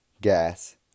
gas